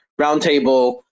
roundtable